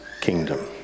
kingdom